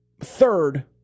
third